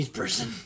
person